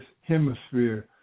hemisphere